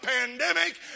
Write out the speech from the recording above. pandemic